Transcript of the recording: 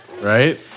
right